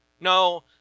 No